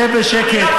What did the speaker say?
שב בשקט.